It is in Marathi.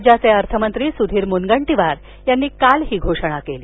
राज्याचे अर्थमंत्री सुधीर मुनगंटीवार यांनी काल ही घोषणा केली